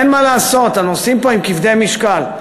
אין מה לעשות, הנושאים פה הם כבדי משקל.